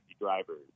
drivers